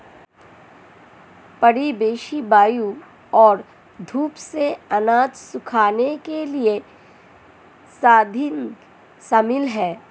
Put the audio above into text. परिवेशी वायु और धूप से अनाज सुखाने के लिए स्वाथिंग शामिल है